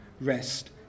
rest